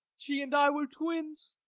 she and i were twins